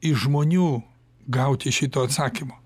iš žmonių gauti šito atsakymo